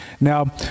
Now